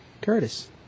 Curtis